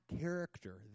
character